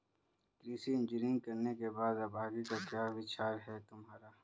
कृषि इंजीनियरिंग करने के बाद अब आगे का क्या विचार है तुम्हारा?